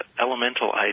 elemental